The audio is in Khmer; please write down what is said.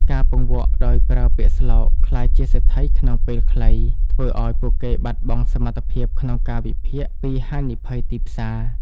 ការពង្វក់ដោយប្រើពាក្យស្លោក "ក្លាយជាសេដ្ឋីក្នុងពេលខ្លី" ធ្វើឱ្យពួកគេបាត់បង់សមត្ថភាពក្នុងការវិភាគពីហានិភ័យទីផ្សារ។